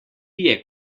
pije